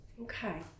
Okay